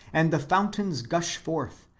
and the fountains gush forth,